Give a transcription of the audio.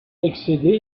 excédé